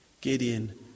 Gideon